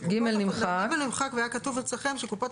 (ג) נמחק והיה כתוב אצלכם שקופות